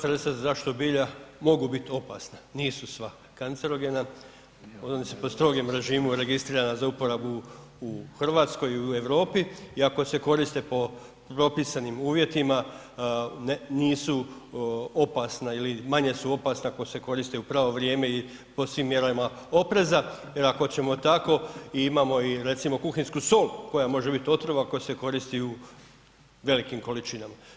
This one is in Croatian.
Kolega, sva sredstva za zaštitu bilja mogu biti opasna, nisu sva kancerogena, ona su pod strogim režimom registrirana za uporabu u Hrvatskoj i u Europi i ako se koriste po propisanim uvjetima, nisu opasna ili manje su opasna ako se koriste u pravo vrijeme i po svim mjerama opreza jer ako ćemo tako, imamo i recimo kuhinjsku sol koja može biti otrovna, ako se koristi u velikim količinama.